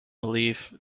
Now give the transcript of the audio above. belief